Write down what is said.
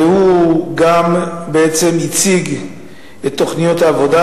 והוא גם הציג את תוכניות העבודה,